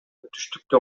түштүктө